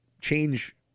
change